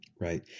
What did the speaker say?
Right